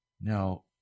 Now